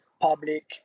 public